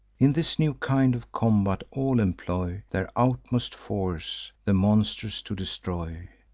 in this new kind of combat all employ their utmost force, the monsters to destroy.